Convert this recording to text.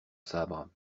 sabre